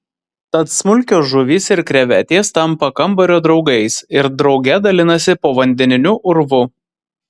tad smulkios žuvys ir krevetės tampa kambario draugais ir drauge dalinasi povandeniniu urvu